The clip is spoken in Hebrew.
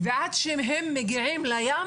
ועד שהם מגיעים לים,